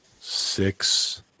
Six